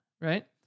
Right